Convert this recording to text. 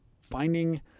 finding